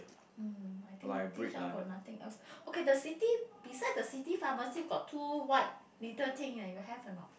um I think this one got nothing else okay the city beside the city pharmacy got two white little thing you have or not